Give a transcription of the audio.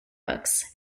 books